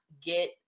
get